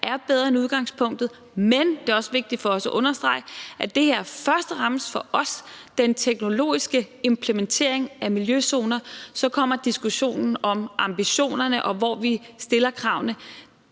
er bedre end udgangspunktet, men det er også vigtigt for os at understrege, at det her for os først og fremmest er den teknologiske implementering af miljøzoner, og så kommer diskussionen om ambitionerne, og hvordan vi stiller kravene.